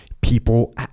people